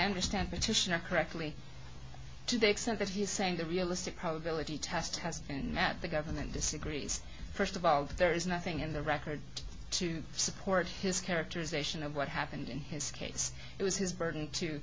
understand petitioner correctly to the extent that he is saying the realistic probability test has and that the government disagrees st of all that there is nothing in the record to support his characterization of what happened in his case it was his burden to